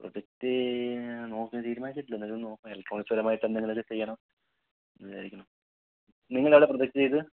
project നോക്കുന്നു തീരുമാനിച്ചിട്ടില്ല എന്നാലും ഒന്ന് നോക്കണം ഇലക്ട്രോണിക്സ് പരമായിട്ട് എന്തെങ്കിലുമൊക്കെ ചെയ്യണം എന്നു വിചാരിക്കുന്നു നിങ്ങൾ ഏതാണ് പ്രോജക്ട് ചെയ്തത്